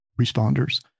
responders